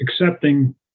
accepting